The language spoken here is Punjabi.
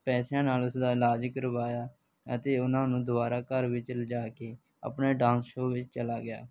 ਪੈਸਿਆਂ ਨਾਲ ਉਸਦਾ ਇਲਾਜ ਕਰਵਾਇਆ ਅਤੇ ਉਹਨਾਂ ਨੂੰ ਦੁਬਾਰਾ ਘਰ ਵਿੱਚ ਲਿਜਾ ਕੇ ਆਪਣਾ ਡਾਂਸ ਸ਼ੋਅ ਵਿੱਚ ਚਲਾ ਗਿਆ